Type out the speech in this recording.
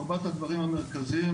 או ארבעת הדברים המרכזיים,